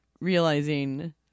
realizing